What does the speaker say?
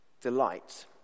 delight